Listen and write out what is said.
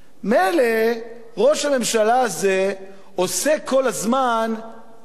ראש הממשלה הזה עוסק כל הזמן בקומבינות פוליטיות,